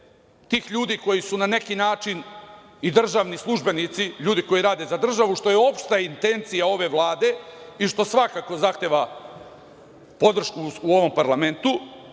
tih ljudi koji su na neki način i državni službenici, ljudi koji rade za državu, što je opšta intencija ove Vlade i što svakako zahteva podršku u ovom parlamentu.